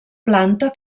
planta